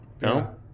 No